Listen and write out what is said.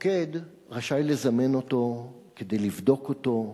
והפוקד רשאי לזמן אותו כדי לבדוק אותו,